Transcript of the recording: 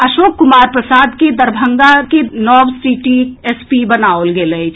अशोक कुमार प्रसाद के दरभंगाक नव सिटी एसपी बनाओल गेल अछि